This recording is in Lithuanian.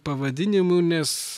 pavadinimų nes